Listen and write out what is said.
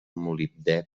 molibdè